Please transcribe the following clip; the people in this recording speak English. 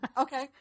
Okay